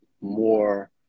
more